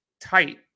tight